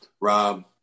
Rob